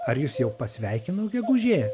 ar jus jau pasveikino gegužė